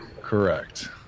Correct